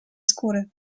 skóry